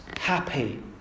happy